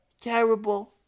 terrible